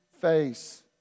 face